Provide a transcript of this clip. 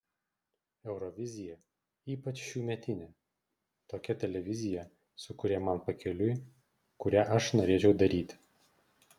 eurovizija ypač šiųmetinė tokia televizija su kuria man pakeliui kurią aš norėčiau daryti